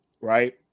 right